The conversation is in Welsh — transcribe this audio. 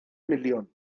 miliwn